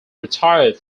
retired